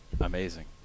Amazing